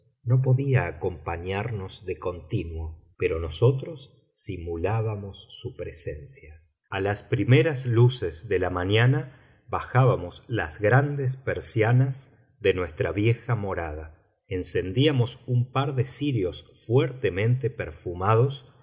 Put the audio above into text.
no podía acompañarnos de continuo pero nosotros simulábamos su presencia a las primeras luces de la mañana bajábamos las grandes persianas de nuestra vieja morada encendíamos un par de cirios fuertemente perfumados